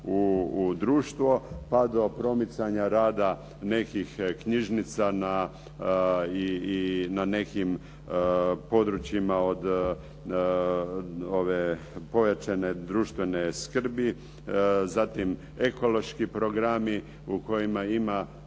u društvo, pa do promicanja rada nekih knjižnica na nekim područjima od pojačane društvene skrbi, zatim ekološki programi u kojima ima